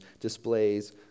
displays